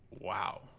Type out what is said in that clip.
wow